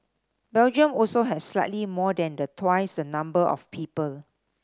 Belgium also has slightly more than the twice the number of people